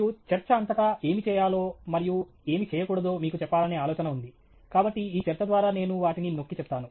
మరియు చర్చ అంతటా ఏమి చేయాలో మరియు ఏమి చేయకూడదో మీకు చెప్పాలనే ఆలోచన ఉంది కాబట్టి ఈ చర్చ ద్వారా నేను వాటిని నొక్కి చెప్తాను